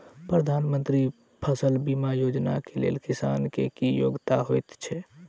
प्रधानमंत्री फसल बीमा योजना केँ लेल किसान केँ की योग्यता होइत छै?